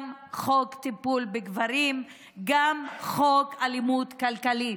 גם את חוק טיפול בגברים, גם את חוק אלימות כלכלית.